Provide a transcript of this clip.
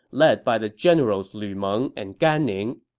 led by the generals lu meng and gan ning.